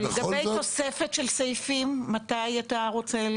אבל לגבי תוספת של סעיפים מתי אתה רוצה ל